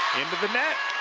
into the net.